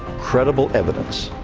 credible evidence.